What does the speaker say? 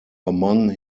among